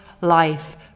life